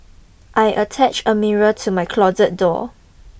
I attached a mirror to my closet door